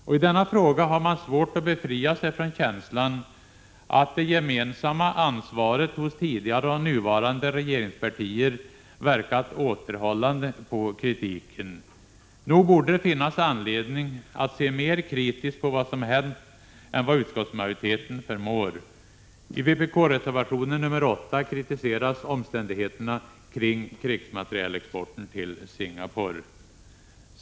I denna fråga har man svårt att befria sig från känslan att det gemensamma ansvaret hos tidigare och nuvarande regeringspartier verkat återhållande på kritiken. Nog borde det finnas anledning att se mer kritiskt på vad som har hänt än vad utskottsmajoriteten förmår. I vpk-reservationen nr 8 kritiseras omständigheterna kring krigsmaterielexporten till Singapore.